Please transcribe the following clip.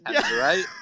right